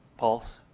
pulse,